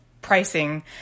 pricing